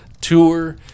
tour